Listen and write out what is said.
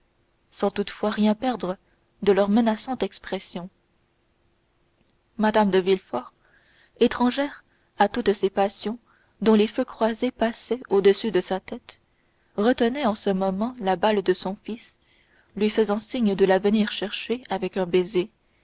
sans toutefois rien perdre de leur menaçante expression mme de villefort étrangère à toutes ces passions dont les feux croisés passaient au-dessus de sa tête retenait en ce moment la balle de son fils lui faisant signe de la venir chercher avec un baiser